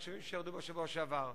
בגלל הגשמים שירדו בשבוע שעבר.